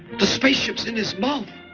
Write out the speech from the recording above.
the space ship's in his mouth.